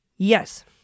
Yes